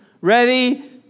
Ready